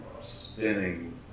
spinning